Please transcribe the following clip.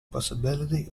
possibility